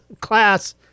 class